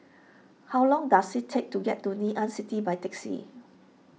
how long does it take to get to Ngee Ann City by taxi